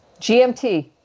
gmt